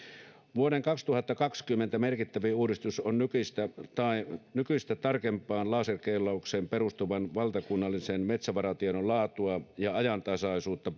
vuoden kaksituhattakaksikymmentä merkittävin uudistus on nykyistä tarkempaan laserkeilaukseen perustuvan valtakunnallisen metsävaratiedon laatua ja ajantasaisuutta